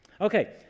Okay